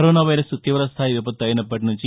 corona virus తీవస్థాయి విపత్తు అయినప్పటి నుంచి